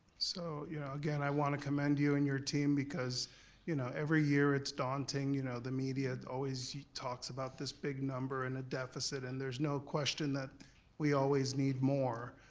so you know, again i want to commend you and your team because you know every year it's daunting, you know the media always talks about this big number and a deficit, and there's no question that we always need more,